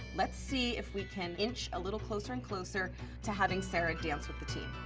let's see if we can inch a little closer and closer to having sarah dance with the team.